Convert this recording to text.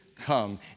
come